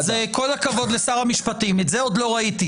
כל הכבוד לשר המשפטים, את זה עוד לא ראיתי.